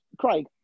Craig